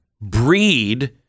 breed